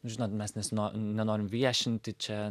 žinot mes nesino nenorin viešinti čia